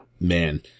Man